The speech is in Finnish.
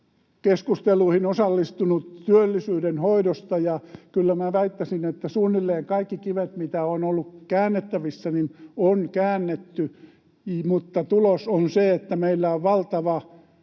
keskusteluihin työllisyyden hoidosta, ja kyllä minä väittäisin, että suunnilleen kaikki kivet, mitkä ovat olleet käännettävissä, on käännetty, mutta tulos on se, että meillä on valtava